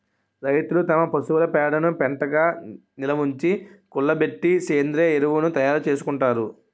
రైతులు తమ పశువుల పేడను పెంటగా నిలవుంచి, కుళ్ళబెట్టి సేంద్రీయ ఎరువును తయారు చేసుకుంటారు